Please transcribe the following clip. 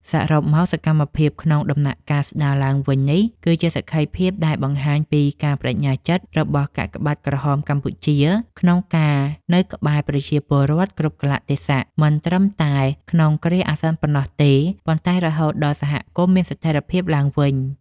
សរុបមក សកម្មភាពក្នុងដំណាក់កាលស្ដារឡើងវិញនេះ គឺជាសក្ខីភាពដែលបង្ហាញពីការប្ដេជ្ញាចិត្តរបស់កាកបាទក្រហមកម្ពុជា ក្នុងការនៅក្បែរប្រជាពលរដ្ឋគ្រប់កាលៈទេសៈ មិនត្រឹមតែក្នុងគ្រាអាសន្នប៉ុណ្ណោះទេ ប៉ុន្តែរហូតដល់សហគមន៍មានស្ថិរភាពឡើងវិញ។